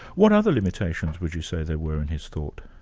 what other limitations would you say there were in his thought?